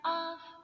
off